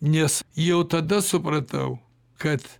nes jau tada supratau kad